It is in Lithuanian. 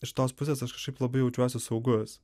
iš tos pusės aš kažkaip labai jaučiuosi saugus